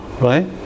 right